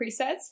Presets